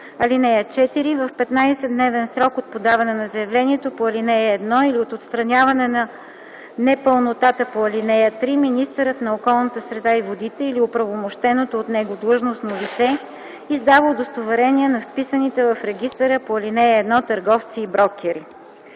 й. (4) В 15-дневен срок от подаване на заявлението по ал. 1 или от отстраняване на непълнотата по ал. 3, министърът на околната среда и водите или оправомощеното от него длъжностно лице, издава удостоверение на вписаните в регистъра по ал. 1 търговци и брокери.”